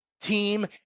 Team